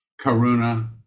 karuna